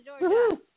Georgia